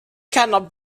cannot